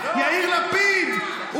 יאיר לפיד,